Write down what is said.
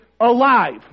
alive